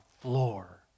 floor